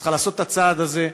צריכה לעשות את הצעד הזה.